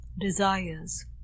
desires